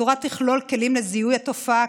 התורה תכלול כלים לזיהוי התופעה,